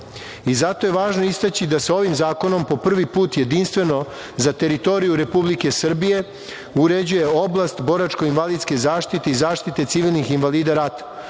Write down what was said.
je važno istaći da se ovim zakonom po prvi put jedinstveno za teritoriju Republike Srbije uređuje oblast boračko-invalidske zaštite i zaštite civilnih invalida rata.